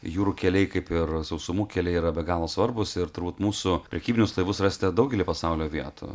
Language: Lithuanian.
jūrų keliai kaip ir sausumų keliai yra be galo svarbūs ir turbūt mūsų prekybinius laivus rasite daugelyje pasaulio vietų